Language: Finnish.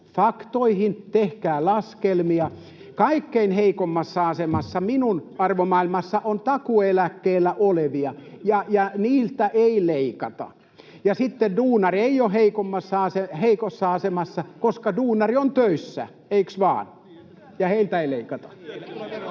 faktoihin. Tehkää laskelmia. Kaikkein heikoimmassa asemassa minun arvomaailmassani ovat takuueläkkeellä olevat, ja niiltä ei leikata. Eikä duunari ole heikossa asemassa, koska duunari on töissä — eikö vain? — ja heiltä ei leikata. [Timo Harakka: